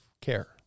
care